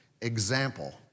example